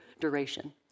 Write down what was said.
duration